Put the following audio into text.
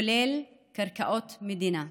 כולל קרקעות מדינה.